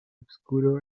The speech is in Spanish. obscuro